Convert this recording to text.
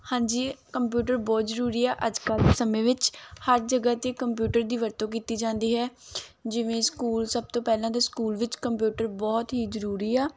ਹਾਂਜੀ ਕੰਪਿਊਟਰ ਬਹੁਤ ਜ਼ਰੂਰੀ ਆ ਅੱਜ ਕੱਲ੍ਹ ਸਮੇਂ ਵਿੱਚ ਹਰ ਜਗ੍ਹਾ 'ਤੇ ਕੰਪਿਊਟਰ ਦੀ ਵਰਤੋਂ ਕੀਤੀ ਜਾਂਦੀ ਹੈ ਜਿਵੇਂ ਸਕੂਲ ਸਭ ਤੋਂ ਪਹਿਲਾਂ ਦੇ ਸਕੂਲ ਵਿਚ ਕੰਪਿਊਟਰ ਬਹੁਤ ਹੀ ਜ਼ਰੂਰੀ ਆ